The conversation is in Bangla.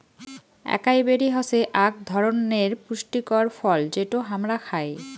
একাই বেরি হসে আক ধরণনের পুষ্টিকর ফল যেটো হামরা খাই